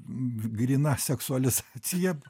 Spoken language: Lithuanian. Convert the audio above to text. gryna seksualizacija